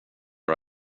har